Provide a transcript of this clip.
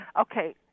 okay